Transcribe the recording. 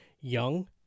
young